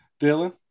Dylan